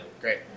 Great